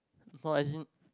no as in